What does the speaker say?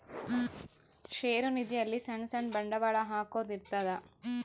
ಷೇರು ನಿಧಿ ಅಲ್ಲಿ ಸಣ್ ಸಣ್ ಬಂಡವಾಳ ಹಾಕೊದ್ ಇರ್ತದ